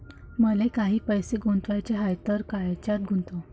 मले काही पैसे गुंतवाचे हाय तर कायच्यात गुंतवू?